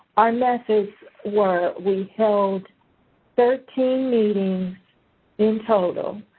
our methods were we held thirteen meetings in total.